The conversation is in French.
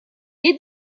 les